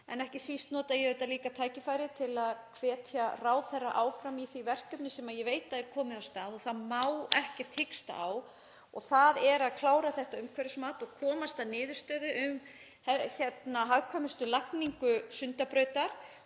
en ekki síst nota ég tækifærið til að hvetja ráðherra áfram í því verkefni sem ég veit að er komið af stað og má ekki hiksta, það er að klára þetta umhverfismat og komast að niðurstöðu um hagkvæmustu lagningu Sundabrautar